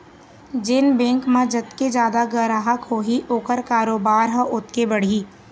जेन बेंक म जतके जादा गराहक होही ओखर कारोबार ह ओतके बढ़ही